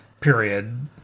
period